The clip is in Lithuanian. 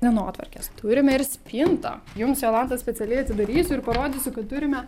dienotvarkės turime ir spintą jums jolanta specialiai atidarysiu ir parodysiu kad turime